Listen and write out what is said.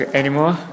anymore